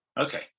Okay